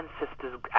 ancestors